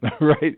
right